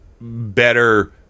better